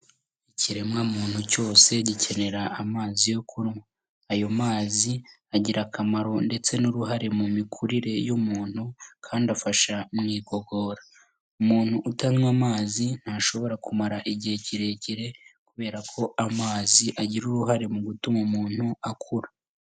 Ikiremwa muntu cyose gikenera amazi yo kunywa. Ayo mazi agira akamaro ndetse n'uruhare mu mikurire y'umuntu kandi afasha mu igogora. Umuntu utanywa amazi ntashobora kumara igihe kirekire kubera ko amazi agira uruhare mu gutuma umuntu akura.